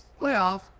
Playoffs